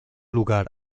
lugar